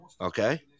Okay